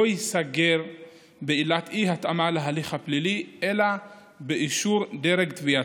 ייסגר בעילת אי-התאמה להליך הפלילי אלא באישור דרג תביעתי.